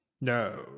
No